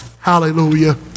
Hallelujah